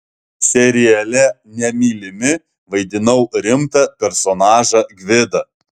seriale nemylimi vaidinau rimtą personažą gvidą